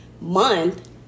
month